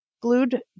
glued